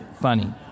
funny